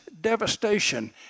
devastation